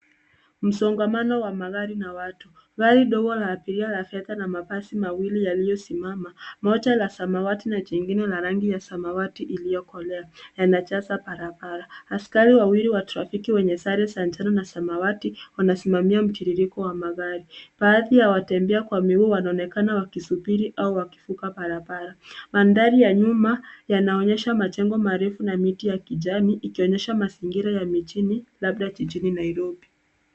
Msongamano wa magari na watu. Gari dogo la abiria la fedha na mabasi mawili yaliyosimama, moja la samawati na jingine la rangi ya samawati iliyokolea yanajaza barabara. Askari wawili wa trafiki wenye sare za njano na samwati, wanasimamia mtirirko wa magari. Baadhi ya watembea kwa miguu wanaoekana wakisubiri au wakivuka barabara. Mandhari ya nyuma yanaonyesha majengo marefu na miti ya kijani, ikonyesha mazingira ya mijini, labda jijini Nairobi.